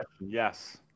yes